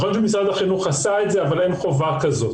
יכול להיות שמשרד החינוך עשה את זה אבל אין חובה כזאת.